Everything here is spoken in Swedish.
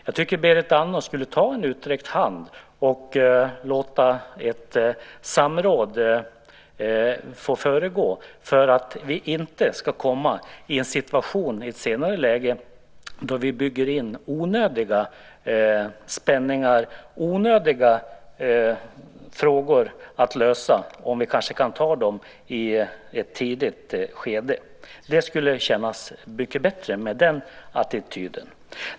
Jag tycker att Berit Andnor skulle ta en utsträckt hand och låta ett samråd få föregå detta så att vi inte i ett senare läge kommer i en situation där vi bygger in onödiga spänningar och får onödiga frågor att lösa när vi kanske i stället kunde ta dem i ett tidigt skede. Det skulle kännas mycket bättre med den attityden.